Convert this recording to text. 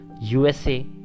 USA